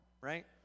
right